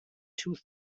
two